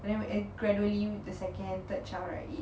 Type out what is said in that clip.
and then and gradually the second third child right it